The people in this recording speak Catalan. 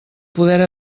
poder